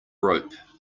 rope